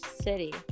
city